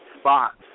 spots